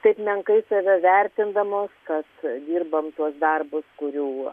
taip menkai save vertindamos kas dirbam tuos darbus kurių